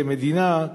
כמדינה,